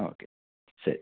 okay ശരി